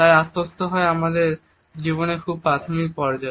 তাই আত্মস্থ হয় আমাদের জীবনের খুব প্রাথমিক পর্যায়ে